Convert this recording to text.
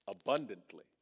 abundantly